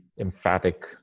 emphatic